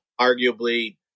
arguably